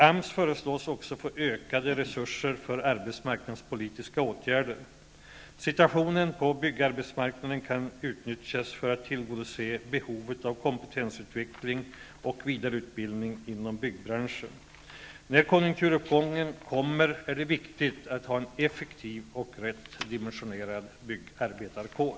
AMS föreslås också få ökade resurser för arbetsmarknadspolitiska åtgärder. Situationen på byggarbetsmarknaden kan utnyttjas för att tillgodose behovet av kompetensutveckling och vidareutbildning inom byggbranschen. När konjunkturuppgången kommer är det viktigt att ha en effektiv och rätt dimensionerad byggarbetarkår.